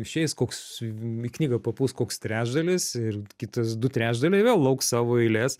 išeis koks į knygą papuls koks trečdalis ir kitas du trečdaliai vėl lauks savo eilės